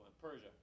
persia